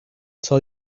tell